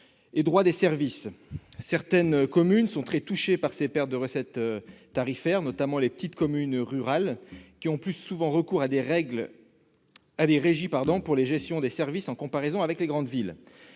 et droits des services. Certaines communes sont très touchées par ces pertes de recettes tarifaires, notamment les petites communes rurales, qui ont plus souvent recours à des systèmes de régie pour la gestion de leurs services que les grandes villes.